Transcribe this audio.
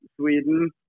Sweden